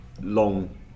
Long